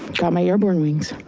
got my airborne wings,